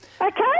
Okay